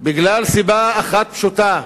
בגלל סיבה אחת פשוטה,